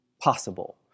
possible